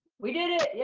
we did it! yeah